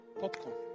Popcorn